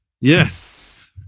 Yes